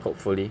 hopefully